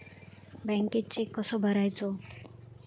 बँकेत चेक कसो भरायचो?